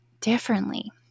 differently